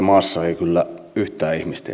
nyt ei kyllä yhtä ihmistä